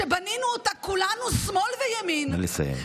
שבנינו אותה כולנו, שמאל וימין, נא לסיים.